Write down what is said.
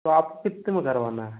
तो आपको कितने में करवाना है